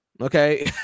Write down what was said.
okay